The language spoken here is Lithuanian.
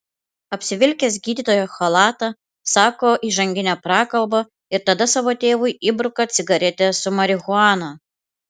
apsivilkęs gydytojo chalatą sako įžanginę prakalbą ir tada savo tėvui įbruka cigaretę su marihuana